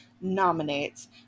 nominates